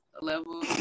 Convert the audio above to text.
level